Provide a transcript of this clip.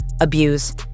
abuse